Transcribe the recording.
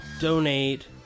donate